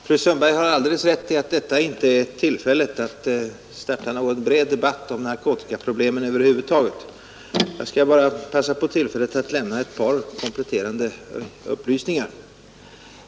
Herr talman! Fru Sundberg har alldeles rätt i att detta inte är tillfället att starta någon bred debatt om narkotikaproblemet över huvud taget. Jag skall bara passa på tillfället att lämna ett par kompletterande upplysningar.